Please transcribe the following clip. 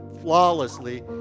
flawlessly